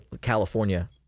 California